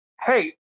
Hey